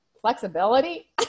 flexibility